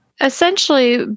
Essentially